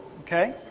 okay